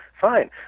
Fine